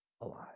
alive